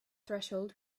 threshold